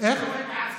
זה לא לעצמם.